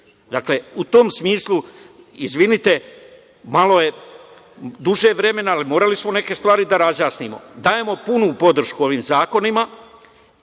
u tom smislu, izvinite, malo je duže vremena, ali morali smo neke stvari da razjasnimo. Dajemo punu podršku ovim zakonima,